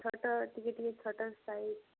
ଛୋଟ ଟିକେ ଟିକେ ଛୋଟ ସାଇଜ୍